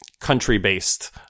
country-based